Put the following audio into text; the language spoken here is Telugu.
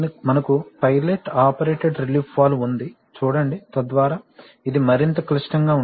మనకు పైలట్ ఆపరేటెడ్ రిలీఫ్ వాల్వ్ ఉంది చూడండి తద్వారా ఇది మరింత క్లిష్టంగా ఉంటుంది